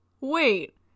Wait